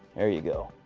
there you go.